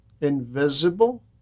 Invisible